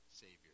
Savior